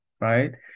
right